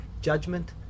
judgment